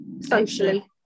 socially